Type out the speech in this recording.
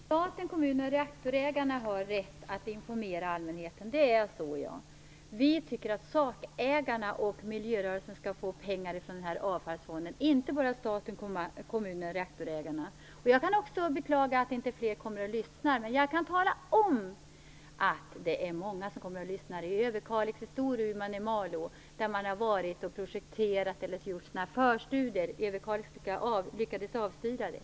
Fru talman! Det är riktigt att staten, kommuner och reaktorägarna har rätt att informera allmänheten. Vi tycker att sakägarna och miljörörelsen skall få pengar från avfallsfonden, och inte bara staten, kommuner och reaktorägarna. Också jag kan beklaga att inte fler kommer och lyssnar. Men jag kan tala om att det är många som kommer och lyssnar i Överkalix, Storuman och Malå där man har varit och projekterat eller gjort förstudier - i Överkalix lyckades man avstyra det.